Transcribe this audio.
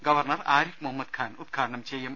governor Arif മുഹ മ്മദ്ഖാൻ ഉദ്ഘാടനം ചെയ്യും